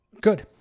Good